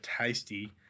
tasty